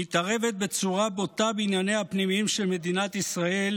מתערבת בצורה בוטה בענייניה הפנימיים של מדינת ישראל,